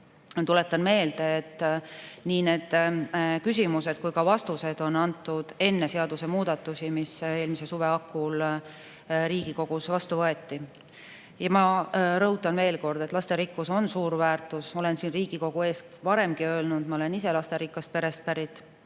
Tuletan meelde, et nii need küsimused kui ka vastused on antud enne seadusemuudatusi, mis eelmise suve hakul Riigikogus vastu võeti. Ja ma rõhutan veel kord, et lasterikkus on suur väärtus. Olen siin Riigikogu ees varemgi öelnud, et ma olen ise lasterikkast perest pärit